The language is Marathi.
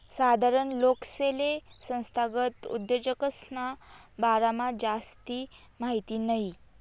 साधारण लोकेसले संस्थागत उद्योजकसना बारामा जास्ती माहिती नयी